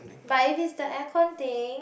but if it's the air con thing